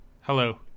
Hello